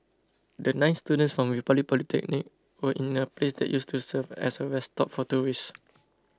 the nine students from Republic Polytechnic were in a place that used to serve as a rest stop for tourists